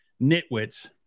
nitwits